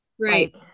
right